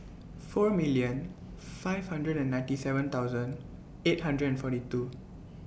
four million five hundred and ninety seven thousand eight hundred and forty two